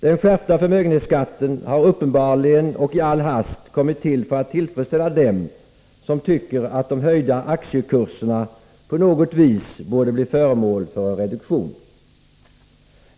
Den skärpta förmögenhetsskatten har uppenbarligen och i all hast kommit till för att tillfredsställa dem som tycker att de höjda aktiekurserna på något vis borde bli föremål för en reduktion.